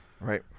Right